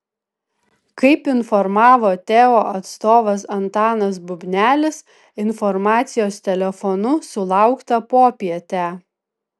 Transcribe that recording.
kaip informavo teo atstovas antanas bubnelis informacijos telefonu sulaukta popietę